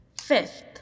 Fifth